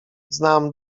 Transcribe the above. znam